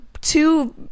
two